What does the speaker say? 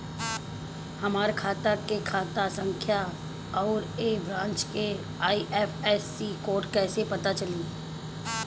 हमार खाता के खाता संख्या आउर ए ब्रांच के आई.एफ.एस.सी कोड कैसे पता चली?